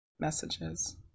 Messages